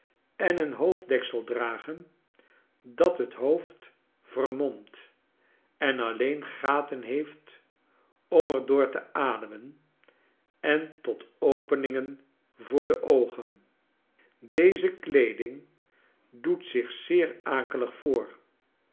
en een hoofddeksel dragen dat het hoofd vermomt en alleen gaten heeft om er door te ademen en tot openingen voor de oogen deze kleeding doet zich zeer akelig voor